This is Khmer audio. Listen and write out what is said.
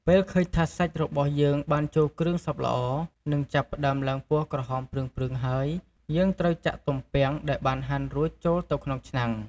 ពេលឃើញថាសាច់របស់យើងបានចូលគ្រឿងសព្វល្អ និងចាប់ផ្ដើមឡើងពណ៌ក្រហមព្រឿងៗហើយ យើងត្រូវចាក់ទំពាំងដែលបានហាន់រួចចូលទៅក្នុងឆ្នាំង។